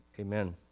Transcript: amen